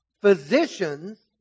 physicians